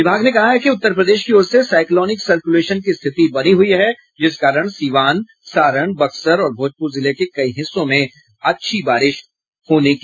विभाग ने कहा है कि उत्तर प्रदेश की ओर से साईक्लॉनिक सर्कुलेशन की स्थिति बनी हुई है जिस कारण सीवान सारण बक्सर और भोजपुर जिले के कई हिस्सों में अच्छी बारिश होगी